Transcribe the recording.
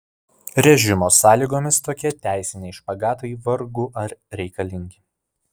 režimo sąlygomis tokie teisiniai špagatai vargu ar reikalingi